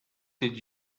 did